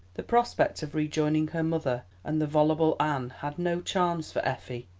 the prospect of rejoining her mother and the voluble anne had no charms for effie.